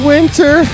Winter